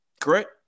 correct